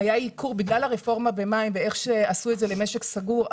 בגלל הרפורמה במים ואיך שעשו את זה למשק סגור,